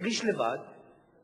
ואני אסביר לחברי הכנסת מה קרה עם זה,